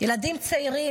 ילדים צעירים,